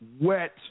wet